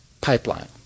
Pipeline